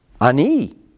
Ani